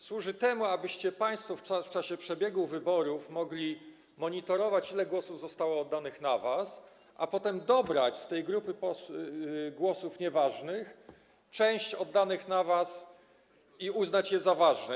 Służy temu, abyście państwo w czasie wyborów mogli monitorować, ile głosów zostało oddanych na was, a potem dobrać z tej grupy głosów nieważnych część oddanych na was i uznać je za ważne.